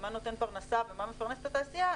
ומה נותן פרנסה ומה מפרנס את התעשייה,